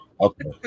Okay